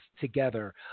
together